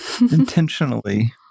intentionally